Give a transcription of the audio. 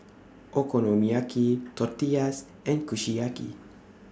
Okonomiyaki Tortillas and Kushiyaki